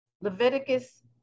Leviticus